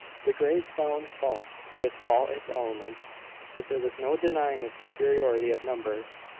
the greys found fault with all its elements but there was no denying its superiority of numbers.